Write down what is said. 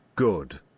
Good